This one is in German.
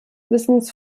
wissens